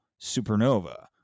supernova